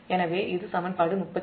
எனவேஇது சமன்பாடு 39